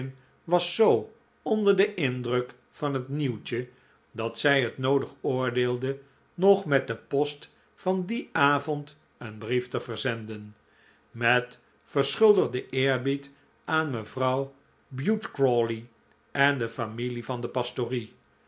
was zoo onder den indruk van het nieuwtje dat zij het noodig oordeelde nog met de post van dien avond een brief te verzenden met verschuldigden eerbied aan mevrouw bute crawley en de familie van de pastorie